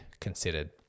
considered